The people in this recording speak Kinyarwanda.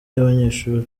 y’abanyeshuri